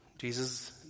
Jesus